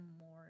more